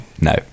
No